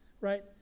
right